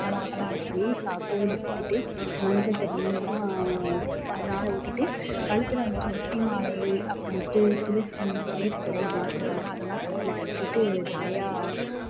அந்த மாட்டைலாம் அழைச்சுட்டு போய் சா கோவிலை சுற்றிட்டு மஞ்சள் தண்ணியெலாம் அது மேலே ஊற்றிட்டு கழுத்தில் வந்துட்டு நெட்டி மாலை அப்புறம் வந்துட்டு துளசி வேப்பிலை இதெல்லாம் சொல்வாங்கல்ல அதெல்லாம் கழுத்தில் கட்டிவிட்டு ஜாலியாக